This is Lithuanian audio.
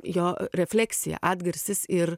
jo refleksija atgarsis ir